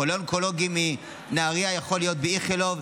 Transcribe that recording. חולה אונקולוגי מנהריה יכול להיות באיכילוב,